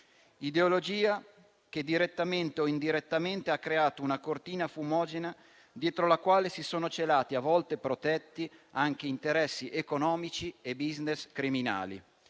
ideologia che, direttamente o indirettamente, ha creato una cortina fumogena dietro la quale si sono celati, e a volte protetti, interessi economici e *business* criminali